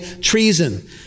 treason